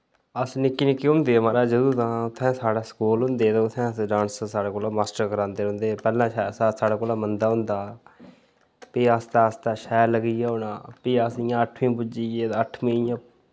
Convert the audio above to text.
अस निक्के निक्के होंदे माराज जदूं तां उत्थै साढ़ा स्कूल होंदे ते उत्थै अस डांस साढ़े कोला मास्टर करांदे रौंह्दे हे पैह्लें साढ़े कोला मंदा होंदा हा फ्ही आस्तै आस्तै शैल लगी पे होना फ्ही अस इ'यां अठमीं पुज्जियै तां अठमीं इयां